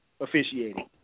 officiating